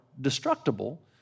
destructible